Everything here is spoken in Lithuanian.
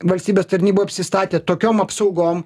valstybės tarnyba apsistatė tokiom apsaugom